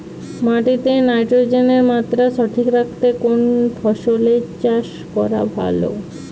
মাটিতে নাইট্রোজেনের মাত্রা সঠিক রাখতে কোন ফসলের চাষ করা ভালো?